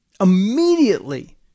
immediately